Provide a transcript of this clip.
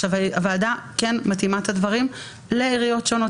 הוועדה כן מתאימה את הדברים לעיריות שונות.